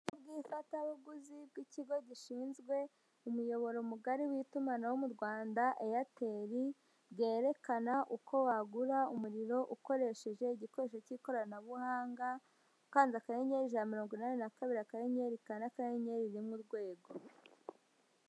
Iri ni ifatabuguzi ry'ikigo gishinzwe umuyoboro mugari w'itumanaho mu Rwanda Airtel, bwerekana uko wagura umuriro ukoresheje igikoresho cy'ikoranabuhanga, ukanze akanyenyeri ijana na mirongo inani na kabiri akanyenyeri kane, akanyenyeri rimwe urwego.